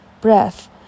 breath